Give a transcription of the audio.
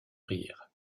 rire